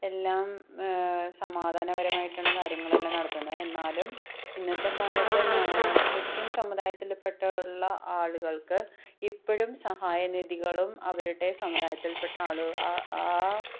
എല്ലാം സമാധാനപരമായിട്ടാണ് കാര്യങ്ങളെല്ലാം നടത്തുന്നത് എന്നാലും ഇന്നത്തെ കാലത്ത് ക്രിസ്ത്യൻ സമുദായത്തിൽപ്പെട്ട ഉള്ള ആളുകൾക്ക് ഇപ്പോഴും സഹായനിധികളും അവരുടെ സമുദായത്തിൽപ്പെട്ട ആൾ ആ